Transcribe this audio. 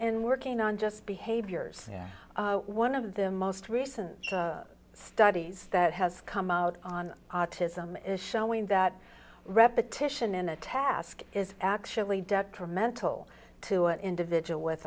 and working on just behaviors and one of the most recent studies that has come out on autism is showing that repetition in a task is actually detrimental to it individual with